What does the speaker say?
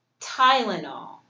Tylenol